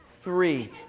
three